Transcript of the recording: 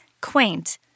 quaint